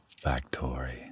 factory